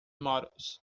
models